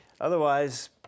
Otherwise